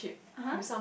(uh huh)